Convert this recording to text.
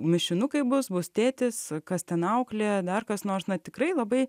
mišinukai bus bus tėtis kas ten auklė dar kas nors na tikrai labai